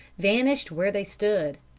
vanished where they stood.